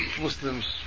Muslims